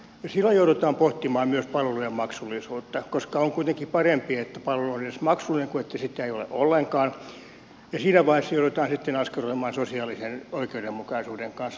silloin joudutaan pohtimaan myös palvelujen maksullisuutta koska on kuitenkin parempi että palvelu on edes maksullinen kuin että sitä ei ole ollenkaan ja siinä vaiheessa joudutaan sitten askaroimaan sosiaalisen oikeudenmukaisuuden kanssa